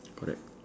correct